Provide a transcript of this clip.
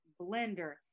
Blender